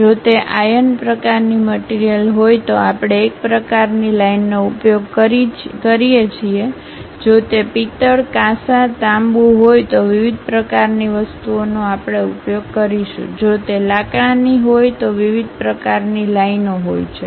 જો તે આયર્ન પ્રકારની મટીરીયલ હોય તો આપણે એક પ્રકારની લાઇનનો ઉપયોગ કરીએ છીએ જો તે પિત્તળ કાંસા તાંબુ હોય તો વિવિધ પ્રકારની વસ્તુઓનો આપણે ઉપયોગ કરીશું જો તે લાકડાની હોય તો વિવિધ પ્રકારની લાઇનો હોય છે